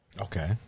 Okay